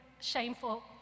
shameful